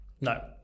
no